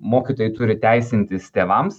mokytojai turi teisintis tėvams